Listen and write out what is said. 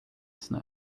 snow